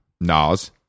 Nas